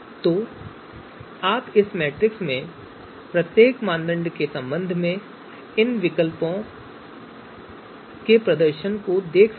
तो आप इस मैट्रिक्स में प्रत्येक मानदंड के संबंध में इन विकल्पों के प्रदर्शन को देख सकते हैं